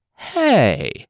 Hey